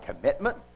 commitment